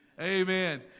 Amen